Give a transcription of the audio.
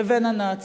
לבין הנאצים.